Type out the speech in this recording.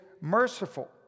merciful